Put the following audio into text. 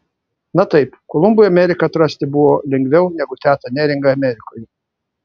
na taip kolumbui ameriką atrasti buvo lengviau negu tetą neringą amerikoje